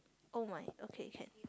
oh my okay can